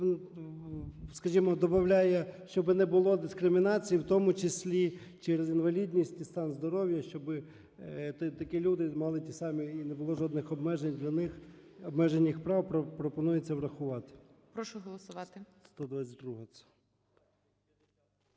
добавляє, щоб не було дискримінації, в тому числі через інвалідність і стан здоров'я, щоб такі люди малі ті самі… і не було жодних обмежень для них, обмежень їх прав. Пропонується врахувати. 122-а це.